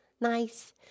Nice